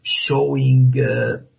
showing